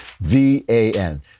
V-A-N